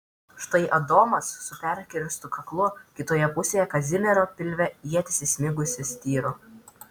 štai adomas su perkirstu kaklu kitoje pusėje kazimiero pilve ietis įsmigusi styro